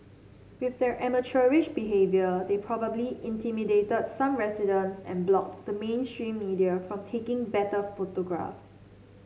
with their amateurish behaviour they probably intimidated some residents and blocked the mainstream media from taking better photographs